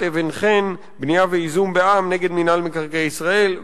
"בית אבן בנייה וייזום בע"מ" נגד מינהל מקרקעי ישראל.